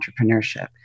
entrepreneurship